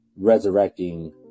Resurrecting